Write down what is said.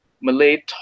Malay